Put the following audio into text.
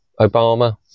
obama